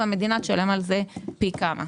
והמדינה תשלם על זה פי כמה.